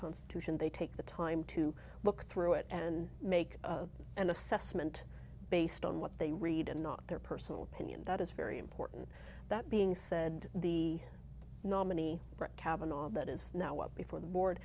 constitution they take the time to look through it and make an assessment based on what they read and not their personal opinion that is very important that being said the nominee brett kavanaugh that is now up before the board